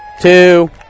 two